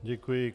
Děkuji.